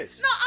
no